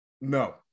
No